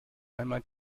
einmal